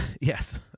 Yes